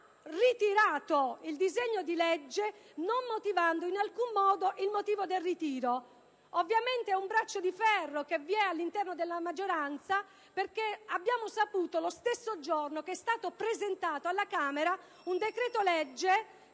ha ritirato il disegno di legge, non spiegandone in alcun modo il motivo. Ovviamente vi è un braccio di ferro all'interno della maggioranza, perché abbiamo saputo lo stesso giorno che è stato presentato alla Camera un decreto-legge